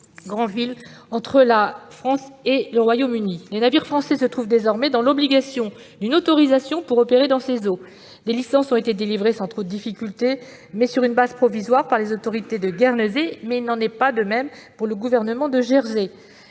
Granville entre la France et le Royaume-Uni. Les navires français se trouvent désormais dans l'obligation d'obtenir une autorisation pour opérer dans ces eaux. Des licences ont été délivrées sans trop de difficultés sur une base provisoire par les autorités de Guernesey, mais il n'en est pas de même pour le gouvernement de Jersey.